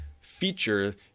feature